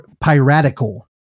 piratical